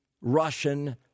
Russian